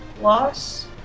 loss